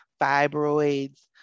fibroids